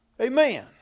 Amen